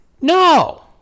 No